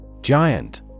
Giant